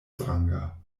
stranga